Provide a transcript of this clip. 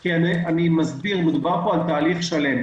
כי מדובר פה על תהליך שלם.